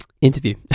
interview